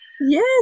yes